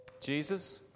Jesus